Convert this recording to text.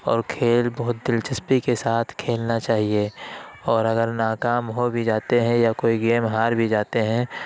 اور کھیل بہت دلچسپی کے ساتھ کھیلنا چاہیے اور اگر ناکام ہو بھی جاتے ہیں یا کوئی گیم ہار بھی جاتے ہیں